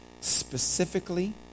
specifically